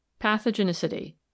Pathogenicity